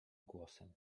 głosem